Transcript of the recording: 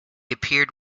appeared